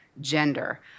gender